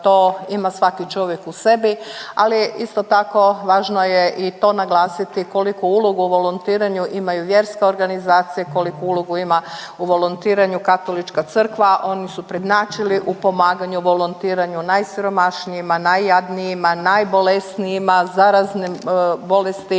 to ima svaki čovjek u sebi, ali isto tako važno je i to naglasiti koliku ulogu u volontiranju imaju vjerske organizacije, koliku ulogu ima u volontiranju katolička crkva. Oni su prednjačili u pomaganju, volontiranju najsiromašnijima, najjadnijima, najbolesnijima za razne bolesti